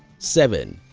seven.